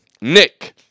Nick